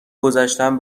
گذشتم